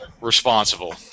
responsible